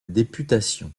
députation